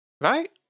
right